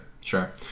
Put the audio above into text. sure